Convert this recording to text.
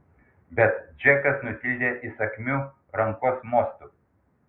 bet džekas nutildė įsakmiu rankos mostu